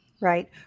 Right